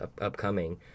upcoming